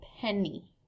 penny